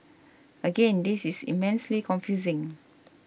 again this is immensely confusing